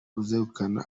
uzegukana